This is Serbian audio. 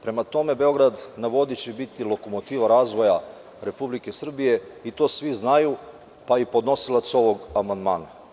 Prema tome, „Beograd na vodi“ će biti lokomotiva razvoja RS i to svi znaju, pa i podnosilac ovog amandmana.